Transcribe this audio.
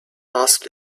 asked